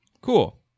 cool